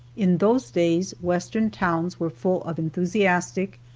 in those days western towns were full of enthusiastic,